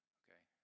okay